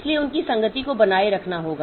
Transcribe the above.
इसलिए उनकी संगति को बनाए रखना होगा